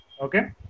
Okay